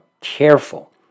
careful